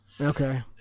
Okay